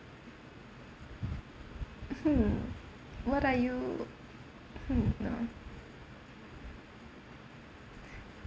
hmm what are you hmm know